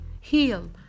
heal